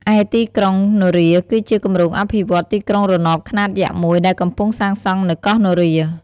ឯទីក្រុងនរា គឺជាគម្រោងអភិវឌ្ឍន៍ទីក្រុងរណបខ្នាតយក្សមួយ ដែលកំពុងសាងសង់នៅកោះនរា។